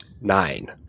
Nine